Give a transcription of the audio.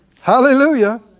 Hallelujah